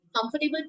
comfortable